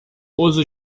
uso